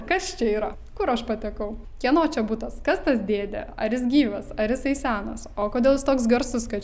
kas čia yra kur aš patekau kieno čia butas kas tas dėdė ar jis gyvas ar jisai senas o kodėl jis toks garsus kad